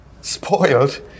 spoiled